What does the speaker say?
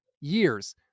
years